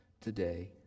today